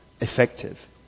effective